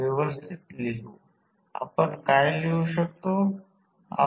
तर K V1 V2V2 माफ करा V1 V2 V2V2